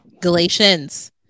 Galatians